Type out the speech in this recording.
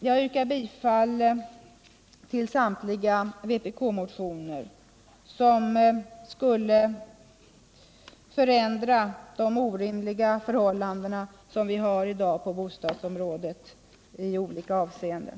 Jag yrkar bifall till samtliga vpk-motioner. Ett bifall till dessa skulle förändra de orimliga förhållanden som vi har i dag på bostadsområdet i olika avseenden.